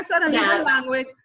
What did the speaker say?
language